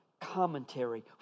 Commentary